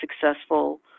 successful